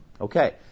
Okay